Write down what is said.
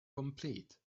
complete